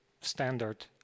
standard